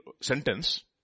sentence